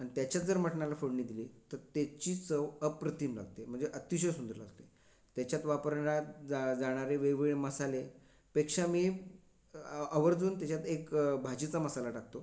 आणि त्याच्यात जर मटनाला फोडणी दिली तर तेचि चव अप्रतिम लागते म्हणजे अतिशय सुंदर लागते त्याच्यात वापरण्यात जा जाणारे वेगवेगळे मसालेपेक्षा मी आवर्जून तेच्यात एक भाजीचा मसाला टाकतो